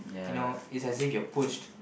you know it's as if you're pushed